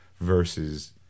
versus